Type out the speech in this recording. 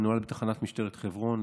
הוא מנוהל בתחנת משטרת חברון.